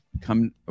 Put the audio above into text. come